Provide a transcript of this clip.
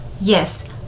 yes